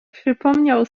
przypomniał